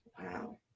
Wow